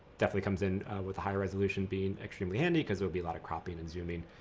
definitely comes in with higher resolution being extremely handy because it'll be a lot of cropping and zooming.